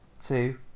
Two